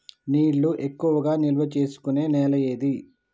నీళ్లు ఎక్కువగా నిల్వ చేసుకునే నేల ఏది?